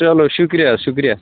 چلو شُکریہ شُکریہ